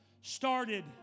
started